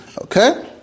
Okay